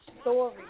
story